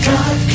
God